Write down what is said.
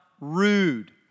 rude